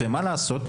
מה לעשות,